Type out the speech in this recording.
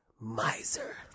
Miser